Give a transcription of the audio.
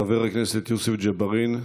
חבר הכנסת יוסף ג'בארין.